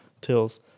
tills